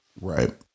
right